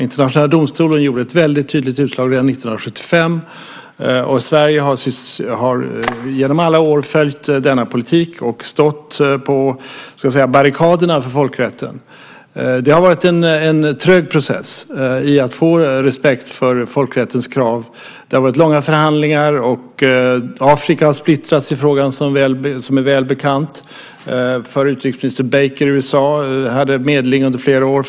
Internationella domstolen gjorde ett väldigt tydligt utslag redan 1975, och Sverige har genom alla år följt denna politik och stått på barrikaderna för folkrätten. Det har varit en trög process att få respekt för folkrättens krav. Det har varit långa förhandlingar. Afrika har splittrats i frågan, som är väl bekant. Förre utrikesministern Baker i USA hade medling under flera år.